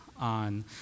on